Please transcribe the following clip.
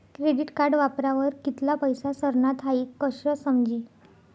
credit card वापरावर कित्ला पैसा सरनात हाई कशं समजी